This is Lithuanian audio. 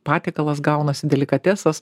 patiekalas gaunasi delikatesas